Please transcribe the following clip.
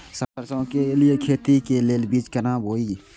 सरसों के लिए खेती के लेल बीज केना बोई?